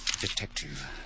Detective